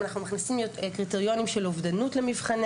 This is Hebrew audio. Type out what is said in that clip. אנחנו מכניסים קריטריונים של אובדנות למבחני